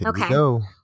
Okay